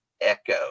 echo